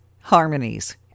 Harmonies